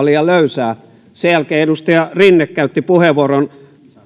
liian löysää sen jälkeen edustaja rinne käytti puheenvuoron